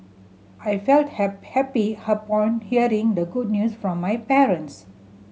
I felt happy upon hearing the good news from my parents